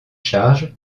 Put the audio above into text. charge